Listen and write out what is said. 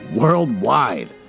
worldwide